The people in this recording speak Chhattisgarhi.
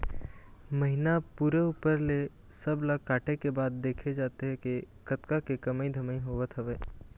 महिना पूरे ऊपर ले सब ला काटे के बाद देखे जाथे के कतका के कमई धमई होवत हवय